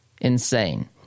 Insane